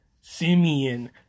Simeon